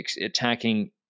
attacking